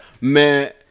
man